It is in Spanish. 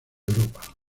europa